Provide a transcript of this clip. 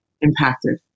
impacted